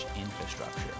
infrastructure